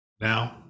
Now